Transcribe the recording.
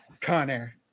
Connor